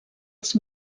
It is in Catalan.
als